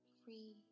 free